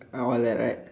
uh all that right